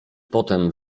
potem